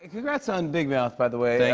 congrats on big mouth, by the way.